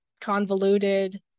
convoluted